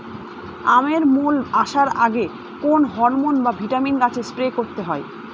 আমের মোল আসার আগে কোন হরমন বা ভিটামিন গাছে স্প্রে করতে হয়?